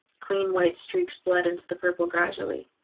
clean white streaks bled into the purple gradually.